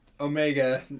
Omega